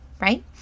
right